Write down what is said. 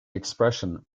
expression